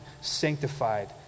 sanctified